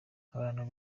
abantu